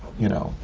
you know,